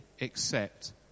accept